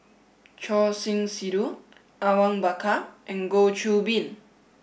Choor Singh Sidhu Awang Bakar and Goh Qiu Bin